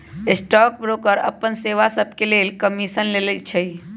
stock broker अप्पन सेवा सभके लेल कमीशन लइछइ